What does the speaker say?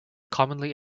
commonly